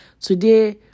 Today